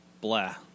blah